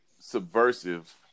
subversive